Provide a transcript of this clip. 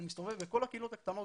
אני מסתובב בכל הקהילות הקטנות,